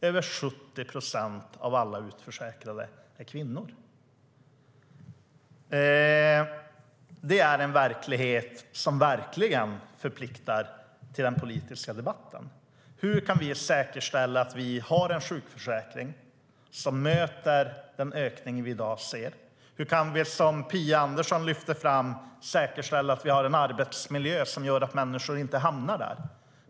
Över 70 procent av alla utförsäkrade är kvinnor. Det är en verklighet som verkligen förpliktar i den politiska debatten. Hur kan vi säkerställa att vi har en sjukförsäkring som möter den ökning vi i dag ser? Hur kan vi, som Phia Andersson lyfte fram, säkerställa att vi har en arbetsmiljö som gör att människor inte hamnar där?